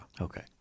Okay